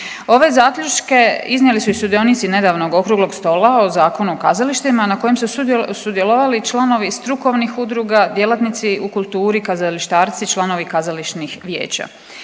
Ove zaključke iznijeli su i sudionici nedavnog okruglog stola o Zakona o kazalištima na kojem su sudjelovali i članovi strukovnih udruga, djelatnici u kulturi, kazalištarci, članovi kazališnih vijeća.